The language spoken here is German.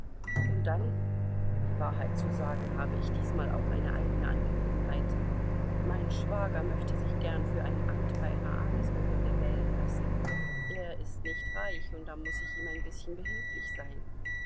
und dann die wahrheit zu sagen habe ich diesmal auch eine eigene angelegenheit mein schwager möchte sich gern für ein amt bei einer adelsbehörde wählen lassen er ist nicht reich und da muß ich ihm ein bißchen behilflich sein